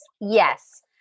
yes